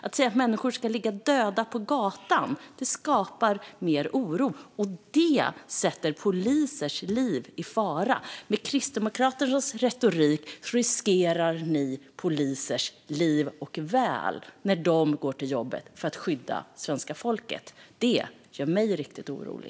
Att säga att människor ska ligga döda på gatan skapar mer oro, och det sätter polisers liv i fara. Med Kristdemokraternas retorik riskerar ni polisers liv när de går till jobbet för att skydda svenska folket. Det gör mig riktigt orolig.